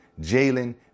Jalen